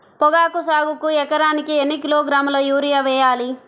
పొగాకు సాగుకు ఎకరానికి ఎన్ని కిలోగ్రాముల యూరియా వేయాలి?